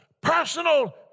personal